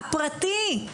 הפרטי,